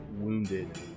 wounded